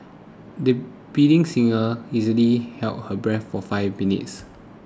the budding singer easily held her breath for five minutes